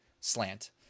slant